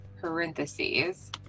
parentheses